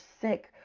sick